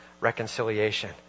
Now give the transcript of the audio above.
Reconciliation